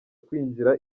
kwinjira